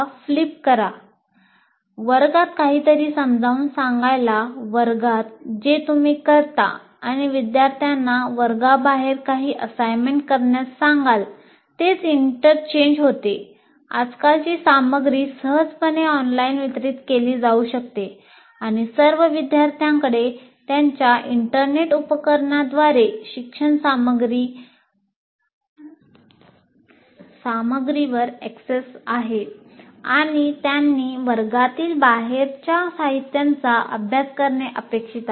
flipped वर्ग आहे आणि त्यांनी वर्गातील बाहेरच्या साहित्याचा अभ्यास करणे अपेक्षित आहे